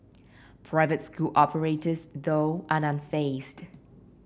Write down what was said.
private school operators though are unfazed